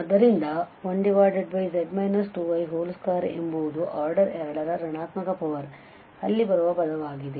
ಆದ್ದರಿಂದ 1z 2i2 ಎಂಬುದು order 2 ನ ಋಣಾತ್ಮಕ ಪವರ್ ಅಲ್ಲಿ ಬರುವ ಪದವಾಗಿದೆ